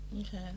Okay